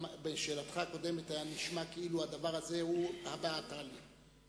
בשאלתך הקודמת היה נשמע כאילו הדבר הזה הוא הא בהא תליא.